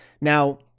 Now